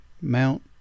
mount